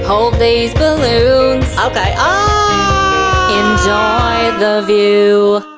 hold these balloons okay ahhhhhh enjoy the view